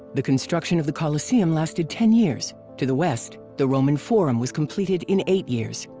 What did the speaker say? the construction of the colosseum lasted ten years. to the west, the roman forum was completed in eight years.